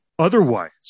Otherwise